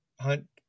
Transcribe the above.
Hunt –